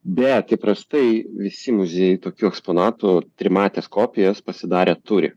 bet įprastai visi muziejai tokių eksponatų trimates kopijas pasidarę turi